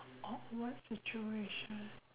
awkward situation